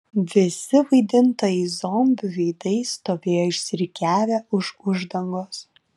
visi vaidintojai zombių veidais stovėjo išsirikiavę už uždangos